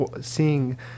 seeing